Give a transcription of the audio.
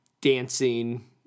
dancing